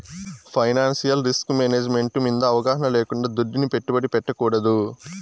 financial risk management మింద అవగాహన లేకుండా దుడ్డుని పెట్టుబడి పెట్టకూడదు